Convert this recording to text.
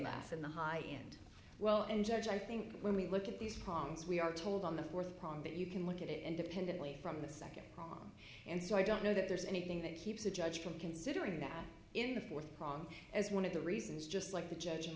in the high end well and judge i think when we look at these cong's we are told on the fourth problem that you can look at it independently from the second prong and so i don't know that there's anything that keeps a judge from considering that in the fourth prong as one of the reasons just like the judge